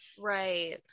Right